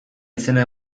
izena